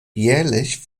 jährlich